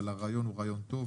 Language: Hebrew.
אבל הרעיון הוא רעיון טוב,